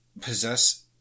possess